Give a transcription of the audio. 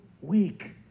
week